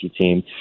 team